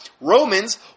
Romans